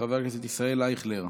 חבר הכנסת ישראל אייכלר,